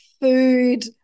food